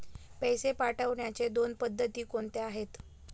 पैसे पाठवण्याच्या दोन पद्धती कोणत्या आहेत?